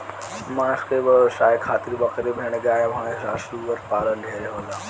मांस के व्यवसाय खातिर बकरी, भेड़, गाय भैस आ सूअर पालन ढेरे होला